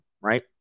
right